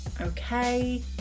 Okay